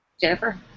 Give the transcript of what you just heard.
Jennifer